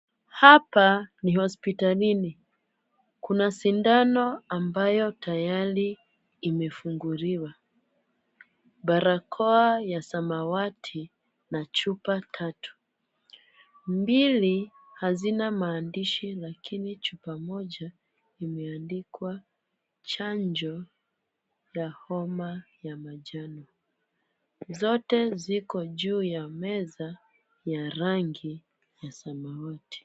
Hapa ni hospitalini. Kuna sindano ambayo tayari imefunguliwa. Barakoa ya samawati na chupa tatu. Mbili hazina maandishi lakini chupa moja imeandikwa chanjo ya homa ya manjano. Zote ziko juu ya meza ya rangi ya samawati.